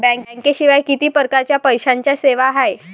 बँकेशिवाय किती परकारच्या पैशांच्या सेवा हाय?